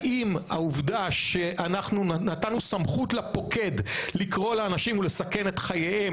האם העובדה שאנחנו נתנו סמכות לפוקד לקרוא לאנשים ולסכן את חייהם